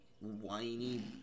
whiny